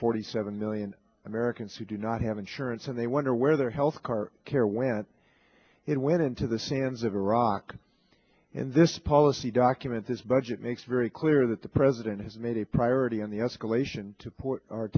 forty seven million americans who do not have insurance and they wonder where their health car care when it went into the sands of iraq in this policy document this budget makes very clear that the president has made a priority on the escalation